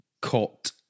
caught